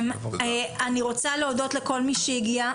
אני רוצה להודות לכל מי שהגיע.